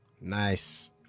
nice